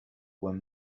were